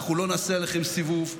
אנחנו לא נעשה עליכם סיבוב,